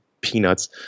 peanuts